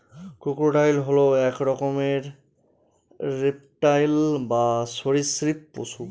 crocodile হল এক রকমের রেপ্টাইল বা সরীসৃপ পশু